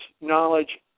knowledge